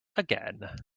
again